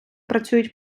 працюють